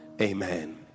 Amen